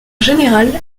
générale